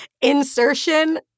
insertion